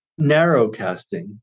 Narrowcasting